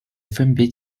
分别